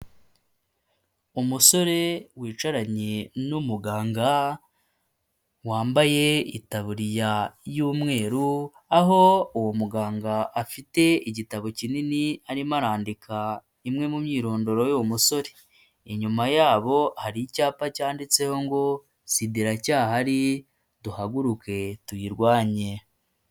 Umusore wicaranye n'umuganga wambaye itabuririya y'umweru aho uwo muganga afite igitabo kinini arimo arandika imwe mu myirondoro y'uwo musore. Inyuma yabo hari icyapa cyanditseho ngo sida iracyahari duhaguruke tuyirwanye.